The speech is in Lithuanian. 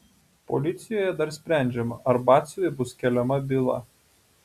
policijoje dar sprendžiama ar batsiuviui bus keliama byla